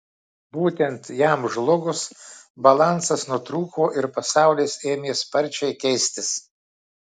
būtent jam žlugus balansas nutrūko ir pasaulis ėmė sparčiai keistis